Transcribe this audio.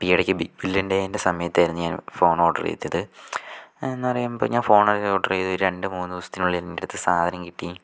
ഈ ഇടക്ക് big billion ഡേയുടെ സമയത്തായിരുന്നു ഫോൺ ഓർഡർ ചെയ്തത് എന്ന് പറയുമ്പോൾ ഞാൻ ഫോണൊക്കെ ഓർഡർ ചെയ്തു രണ്ട് മൂന്ന് ദിവസത്തിനുള്ളിൽ എൻ്റെടുത്ത് സാധനം കിട്ടി